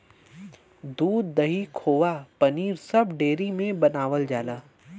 दूध, दही, खोवा पनीर सब डेयरी में बनावल जाला